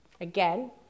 again